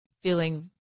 feeling